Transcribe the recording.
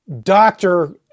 Doctor